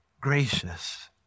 gracious